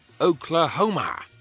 Oklahoma